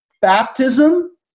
baptism